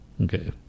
Okay